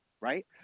right